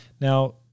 Now